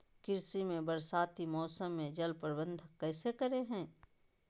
कृषि में बरसाती मौसम में जल प्रबंधन कैसे करे हैय?